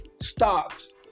stocks